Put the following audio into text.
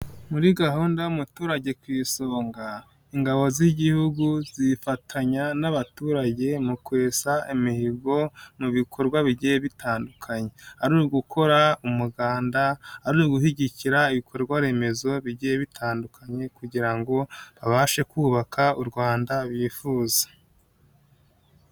Muri gahunda y'umuturage ku isonga ingabo z'igihugu zifatanya n'abaturage mu kwesa imihigo mu bikorwa bigiye bitandukanye, ari ugukora umuganda, ari ugushyigikira ibikorwa remezo bigiye bitandukanye, kugira ngo babashe kubaka u Rwanda bifuza.